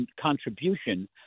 contribution